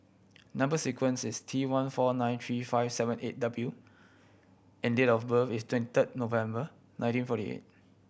number sequence is T one four nine three five seven eight W and date of birth is twenty third November nineteen forty eight